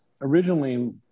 originally